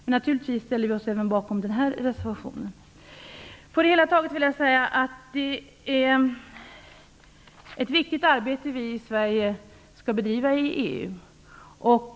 Men vi ställer oss naturligtvis även bakom den här reservationen. På det hela taget vill jag säga att det är ett viktigt arbete vi i Sverige skall bedriva i EU.